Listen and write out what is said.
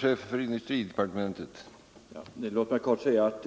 Herr talman! Låt mig kort säga att